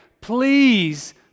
please